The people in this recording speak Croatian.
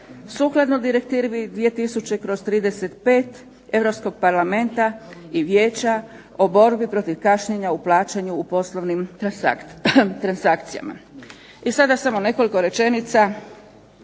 sukladno Direktivi 2000/35 Europskog parlamenta i Vijeća o borbi protiv kašnjenja u plaćanju u poslovnim transakcijama. I sada samo nekoliko rečenica